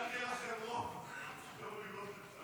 הסתייגות 19 לא נתקבלה.